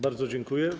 Bardzo dziękuję.